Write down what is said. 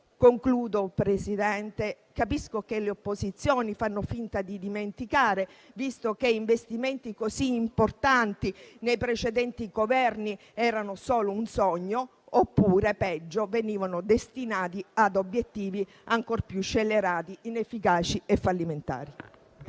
Signor Presidente, capisco che le opposizioni fanno finta di dimenticare, visto che investimenti così importanti nei precedenti Governi erano solo un sogno, oppure - peggio - venivano destinati ad obiettivi ancor più scellerati, inefficaci e fallimentari.